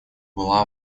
была